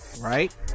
right